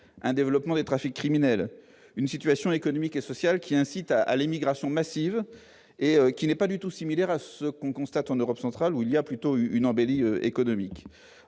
un développement des trafics criminels, une situation économique et sociale qui incite à à l'immigration massive et qui n'est pas du tout similaire à ce qu'on constate en Europe centrale, où il y a plutôt une embellie économique